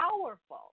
powerful